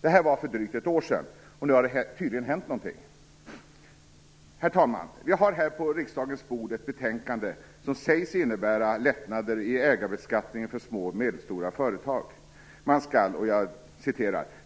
Det var för drygt ett år sedan, och nu har det tydligen hänt något. Herr talman! Vi har på riksdagens bord ett betänkande som sägs innebära lättnader i ägarbeskattningen för små och medelstora företag. Man skall